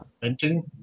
Venting